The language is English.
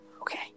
Okay